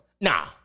Nah